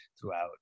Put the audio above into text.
throughout